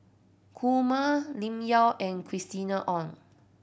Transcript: Kumar Lim Yau and Christina Ong